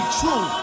true